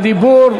הדיבור.